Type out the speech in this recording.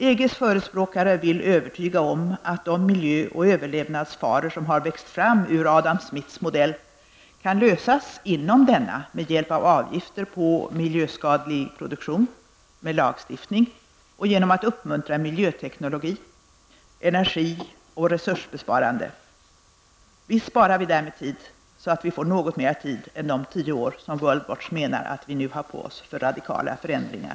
EGs förespråkare vill övertyga om att de miljö och överlevnadsfaror som har växt fram ur Adam Smiths modell kan lösas inom denna med hjälp av avgifter på miljöskadlig produktion, med lagstiftning och genom att uppmuntra miljöteknologi, energi och resurssparande. Visst spar vi därmed tid, så att vi får något mer av tid utöver de tio år som WorldWatch menar att vi har på oss för radikala förändringar.